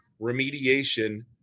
remediation